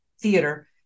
theater